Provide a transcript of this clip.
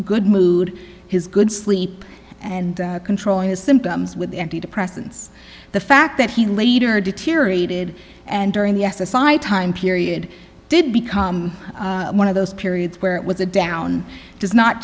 good mood his good sleep and controlling his symptoms with antidepressants the fact that he later deteriorated and during the s s i time period did become one of those periods where it was a down does not